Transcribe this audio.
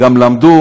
גם למדו,